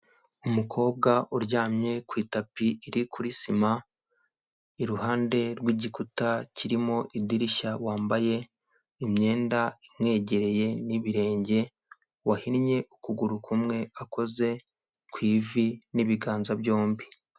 Umukobwa uryamye ku itapi iri kuri sima, iruhande rw'igikuta kirimo idirishya, wambaye imyenda imwegereye n'ibirenge, wahinnye ukuguru kumwe akoze ku ivi n'ibiganza byombi.